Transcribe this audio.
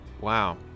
Wow